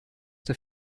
der